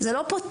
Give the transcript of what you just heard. זה לא פותר